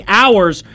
hours